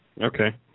Okay